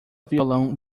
violão